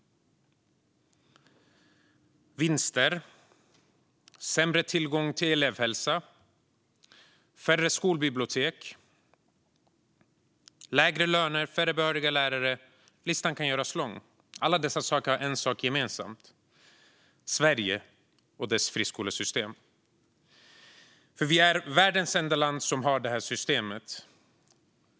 Det är vinster, sämre tillgång till elevhälsa, färre skolbibliotek och lägre löner för behöriga lärare. Listan kan göras lång. Alla dessa saker har en sak gemensamt: Sverige och dess friskolesystem. Vi är världens enda land som har det här systemet.